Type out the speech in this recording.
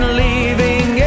leaving